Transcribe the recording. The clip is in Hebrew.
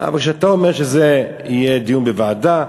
אבל כשאתה אומר שזה יהיה דיון בוועדה,